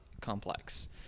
complex